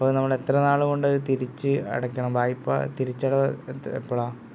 അപ്പോഴത് നമ്മളെത്ര നാൾ കൊണ്ടത് തിരിച്ച് അടയ്ക്കണം വായ്പ തിരിച്ചടവ് എന്ത് എപ്പോഴാണ്